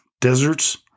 Deserts